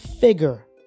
figure